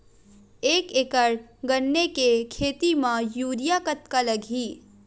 एक एकड़ गन्ने के खेती म यूरिया कतका लगही?